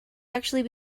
actually